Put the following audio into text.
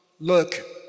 look